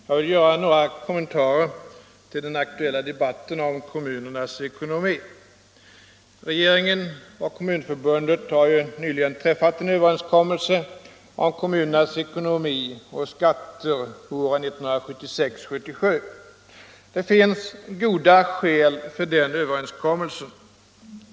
Herr talman! Jag vill göra några kommentarer till den aktuella debatten om kommunernas ekonomi. Regeringen och kommunförbunden har nyligen träffat en överenskommelse om kommunernas ekonomi och skatter åren 1976-1977. Det finns goda skäl för den överenskommelsen.